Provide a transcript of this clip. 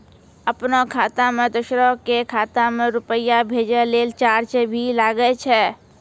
आपनों खाता सें दोसरो के खाता मे रुपैया भेजै लेल चार्ज भी लागै छै?